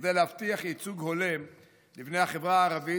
כדי להבטיח ייצוג הולם לבני החברה הערבית,